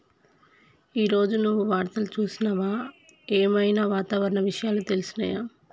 ఈ రోజు నువ్వు వార్తలు చూసినవా? ఏం ఐనా వాతావరణ విషయాలు తెలిసినయా?